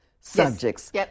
subjects